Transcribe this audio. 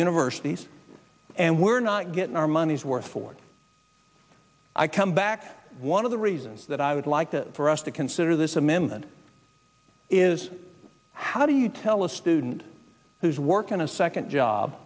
universities and we're not getting our money's worth for i come back one of the reasons that i would like this for us to consider this amendment is how do you tell a student who's working a second job